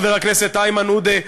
חבר הכנסת איימן עודה,